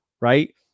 right